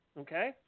Okay